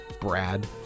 Brad